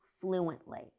fluently